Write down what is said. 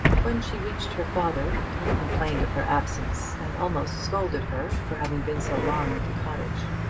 when she reached her father he complained of her absence, and almost scolded her for having been so long at the cottage.